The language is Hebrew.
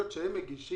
בכמויות שהם מגישים,